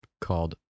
called